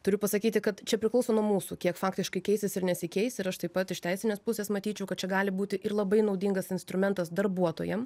turiu pasakyti kad čia priklauso nuo mūsų kiek faktiškai keisis ir nesikeis ir aš taip pat iš teisinės pusės matyčiau kad čia gali būti ir labai naudingas instrumentas darbuotojam